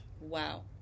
Wow